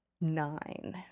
Nine